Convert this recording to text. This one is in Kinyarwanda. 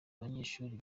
abanyeshuri